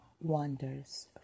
wonders